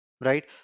right